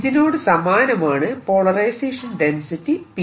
ഇതിനോട് സമാനമാണ് polarisation density P